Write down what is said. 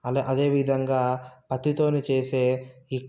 అలా అదే విధంగా పత్తితోని చేసే ఈ